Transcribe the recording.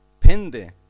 pende